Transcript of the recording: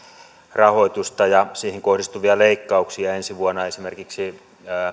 rahoitusta ja siihen kohdistuvia leikkauksia ensi vuonna esimerkiksi